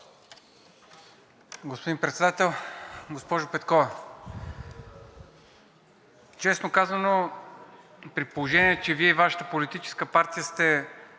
Господин Председател, госпожо Петкова! Честно казано, при положение че Вие и Вашата политическа партия сте